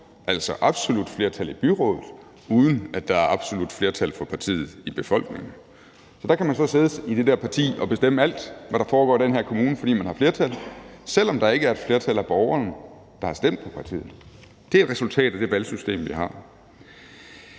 Altså, absolut flertal i byrådet, uden at der er absolut flertal for partiet i befolkningen. Der kan man så sidde i det der parti og bestemme alt, hvad der foregår i den her kommune, fordi man har flertal, selv om der ikke er et flertal af borgerne, der har stemt på partiet. Det er resultatet af det valgsystem, vi har.